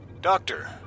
Doctor